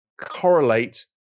correlate